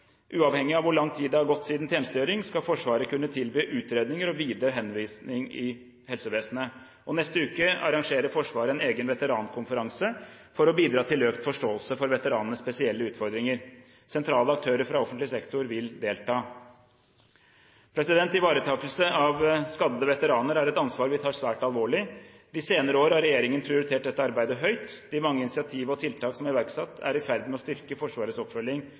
Uavhengig av hvor lang tid det har gått siden tjenestegjøring, skal Forsvaret kunne tilby utredninger og videre henvisning til helsevesenet. Neste uke arrangerer Forsvaret en egen veterankonferanse for å bidra til økt forståelse for veteranenes spesielle utfordringer. Sentrale aktører fra offentlig sektor vil delta. Ivaretakelse av skadede veteraner er et ansvar vi tar svært alvorlig. De senere år har regjeringen prioritert dette arbeidet høyt. De mange initiativ og tiltak som er iverksatt, er i ferd med å styrke Forsvarets oppfølging